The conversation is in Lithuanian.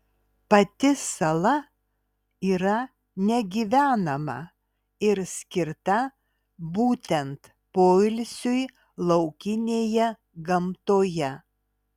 pati sala yra negyvenama ir skirta būtent poilsiui laukinėje gamtoje